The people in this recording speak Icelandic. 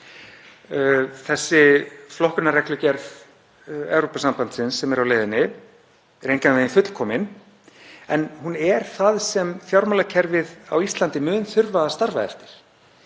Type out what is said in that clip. Þessi flokkunarreglugerð Evrópusambandsins sem er á leiðinni er engan veginn fullkomin en hún er það sem fjármálakerfið á Íslandi mun þurfa að starfa eftir